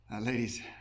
Ladies